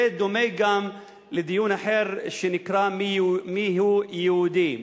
זה דומה גם לדיון אחר שנקרא "מיהו יהודי",